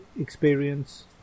experience